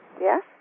Yes